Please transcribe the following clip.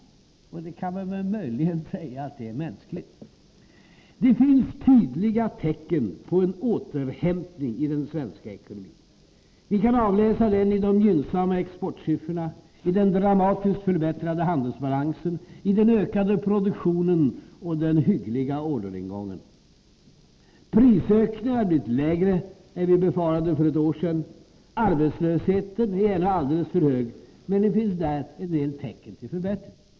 Man kan möjligen säga att det är mänskligt. Det finns tydliga tecken på en återhämtning i den svenska ekonomin. Vi kan avläsa den i de gynnsamma exportsiffrorna, i den dramatiskt förbättrade handelsbalansen, i den ökande produktionen och den hyggliga orderingången. Prisökningarna har blivit lägre än vi befarade för ett år sedan. Arbetslösheten är ännu alldeles för hög, med det finns en del tecken på förbättring.